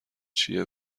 چیه